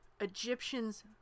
Egyptians